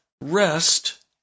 rest